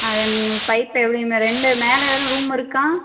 அது நீங்கள் பைப்பு எப்பிடியும் ரெண்டு மேலே எதுவும் ரூமு இருக்கா